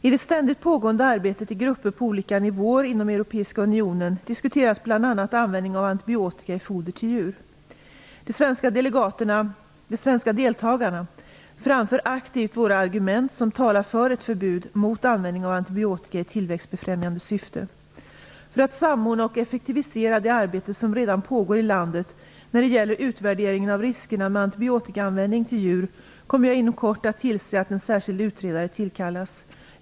I det ständigt pågående arbetet i grupper på olika nivåer inom Europeiska unionen diskuteras bl.a. användningen av antibiotika i foder till djur. De svenska deltagarna framför aktivt våra argument som talar för ett förbud mot användning av antibiotika i tillväxtbefrämjande syfte. För att samordna och effektivisera det arbete som redan pågår i landet när det gäller utvärderingen av riskerna med antibiotikaanvändningen till djur kommer jag inom kort att tillse att en särskild utredare tillkallas.